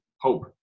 hope